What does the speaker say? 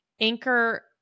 Anchor